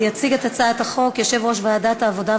יציג את הצעת החוק יושב-ראש ועדת העבודה,